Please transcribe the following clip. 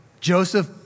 Joseph